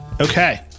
Okay